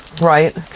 right